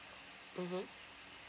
mmhmm